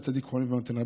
וצדיק חונן ונותן'.